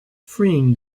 freeing